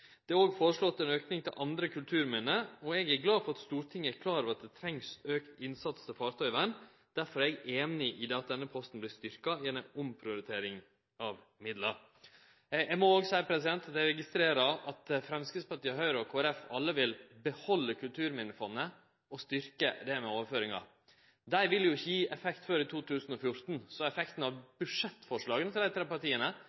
Det er òg foreslått ein auke til andre kulturminne. Eg er glad for at Stortinget er klar over at det trengst auka innsats til fartøyvern, derfor er eg einig i at denne posten vert styrkt gjennom ei omprioritering av midlar. Eg må òg seie at eg registrerer at Framstegspartiet, Høgre og Kristeleg Folkeparti vil behalde Kulturminnefondet og styrkje det med overføringar. Dei vil ikkje gje effekt før i 2014, så effekten av budsjettforslaga frå desse tre partia er